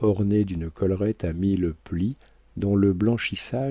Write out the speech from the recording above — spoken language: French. orné d'une collerette à mille plis dont le blanchissage